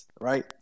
right